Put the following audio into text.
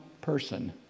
person